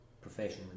professionally